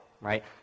right